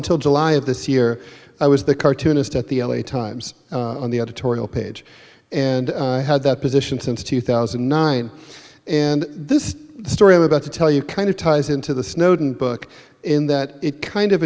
until july of this year i was the cartoonist at the l a times on the editorial page and i had that position since two thousand and nine and this story i'm about to tell you kind of tough into the snowden book in that it kind of